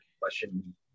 question